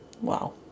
wow